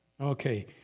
Okay